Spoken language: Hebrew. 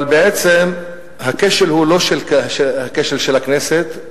אבל בעצם הכשל הוא לא הכשל של הכנסת,